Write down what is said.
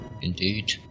Indeed